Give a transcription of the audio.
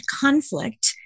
conflict